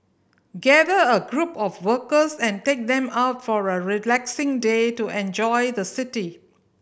gather a group of workers and take them out for a relaxing day to enjoy the city